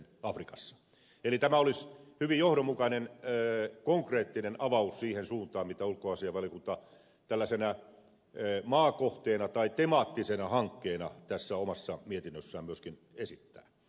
eli tämä olisi hyvin johdonmukainen konkreettinen avaus siihen suuntaan mitä ulkoasiainvaliokunta tällaisena maakohteena tai temaattisena hankkeena tässä omassa mietinnössään myöskin esittää